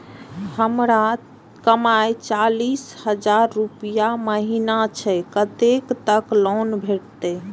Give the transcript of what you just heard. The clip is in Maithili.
हमर कमाय चालीस हजार रूपया महिना छै कतैक तक लोन भेटते?